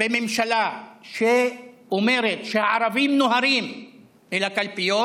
בממשלה שאומרת ש"הערבים נוהרים אל הקלפיות",